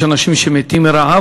יש גם אנשים שמתים מרעב.